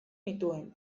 nituen